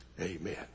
amen